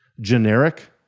Generic